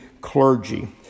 clergy